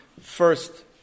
first